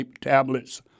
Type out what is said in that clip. tablets